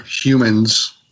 humans